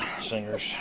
singer's